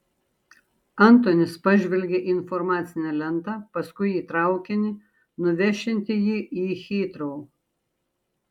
antonis pažvelgė į informacinę lentą paskui į traukinį nuvešiantį jį į hitrou